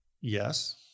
Yes